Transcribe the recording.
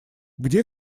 где